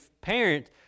parent